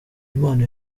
impano